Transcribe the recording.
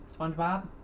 Spongebob